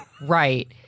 Right